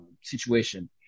situation